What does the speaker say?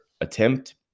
attempt